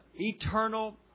eternal